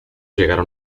llegaron